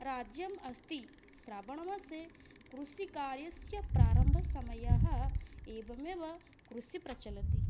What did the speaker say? राज्यम् अस्ति श्रावणमासे कृषिकार्यस्य प्रारम्भसमयः एवमेव कृषिः प्रचलति